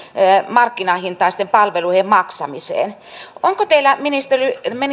markkinahintaisten palvelujen maksamiseen onko teillä ministeri